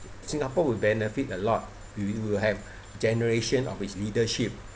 singapore will benefit a lot you you will have generation of his leadership